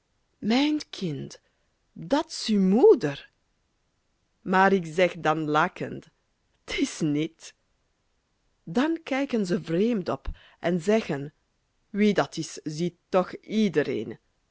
mijn kind dat s uw moeder maar ik zeg dan lachend t is niet dan kijken ze vreemd op en zeggen wie dat is ziet toch iedereen